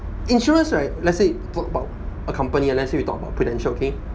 insurance right let's say you put about a company let's say we talk about Prudential okay